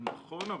נכון,